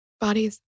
bodies